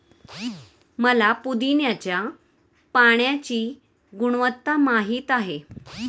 मला पुदीन्याच्या पाण्याची गुणवत्ता माहित आहे